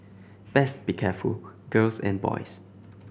best be careful girls and boys